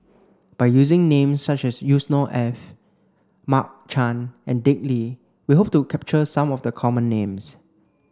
by using names such as Yusnor Ef Mark Chan and Dick Lee we hope to capture some of the common names